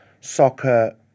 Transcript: soccer